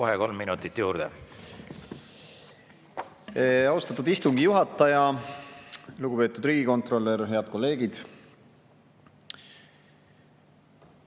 Kohe kolm minutit juurde. Austatud istungi juhataja! Lugupeetud riigikontrolör! Head kolleegid!